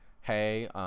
hey